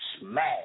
Smash